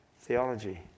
theology